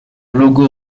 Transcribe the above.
logo